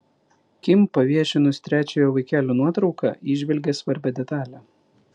kim paviešinus trečiojo vaikelio nuotrauką įžvelgė svarbią detalę